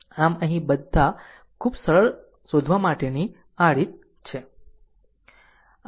આમ અહીં ખૂબ સરળ શોધવા માટેની આ રીત i1